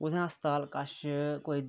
उत्थै हस्पताल कछ